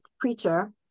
preacher